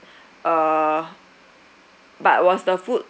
uh but was the food